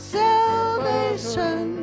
salvation